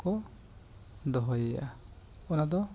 ᱠᱚ ᱫᱚᱦᱚᱭᱮᱭᱟ ᱚᱱᱟ ᱫᱚ